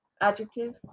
Adjective